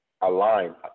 aligned